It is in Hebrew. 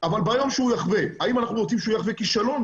אבל ביום שהוא יחווה האם אנחנו רוצים שהוא יחווה כישלון?